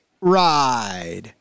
ride